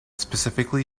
specifically